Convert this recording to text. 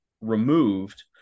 removed